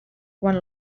quan